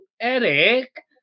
Eric